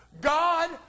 God